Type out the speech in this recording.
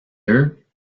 eux